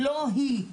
לא היא.